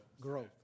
growth